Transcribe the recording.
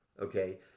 okay